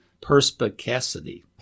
perspicacity